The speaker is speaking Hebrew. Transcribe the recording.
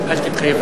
אל תתחייב,